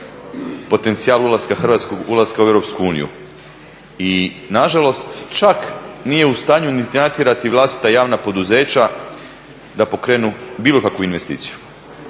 potencijal ulaska u Europsku uniju i nažalost čak nije u stanju niti natjerati vlastita javna poduzeća da pokrenu bilo kakvu investiciju.